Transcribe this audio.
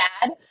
dad